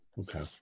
Okay